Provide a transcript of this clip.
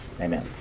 Amen